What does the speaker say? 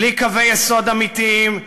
בלי קווי יסוד אמיתיים,